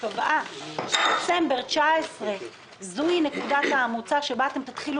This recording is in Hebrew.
שקבעה שדצמבר 2019 זה נקודת המוצא שבה תתחילו